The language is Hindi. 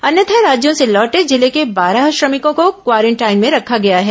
अन्य राज्यों से लौटे जिले के बारह श्रमिकों को क्वारेंटाइन में रखा गया है